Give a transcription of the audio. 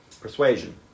Persuasion